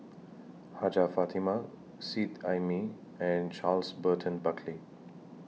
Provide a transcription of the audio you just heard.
Hajjah Fatimah Seet Ai Mee and Charles Burton Buckley